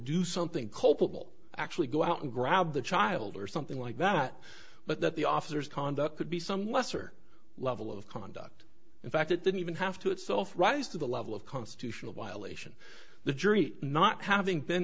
do something culpable actually go out and grab the child or something like that but that the officers conduct could be some lesser level of conduct in fact it didn't even have to itself rise to the level of constitutional violation the jury not having been